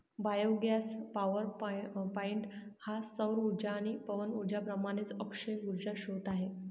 biogas power point हा सौर उर्जा आणि पवन उर्जेप्रमाणेच अक्षय उर्जा स्त्रोत आहे